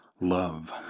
love